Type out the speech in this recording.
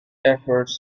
efforts